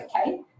okay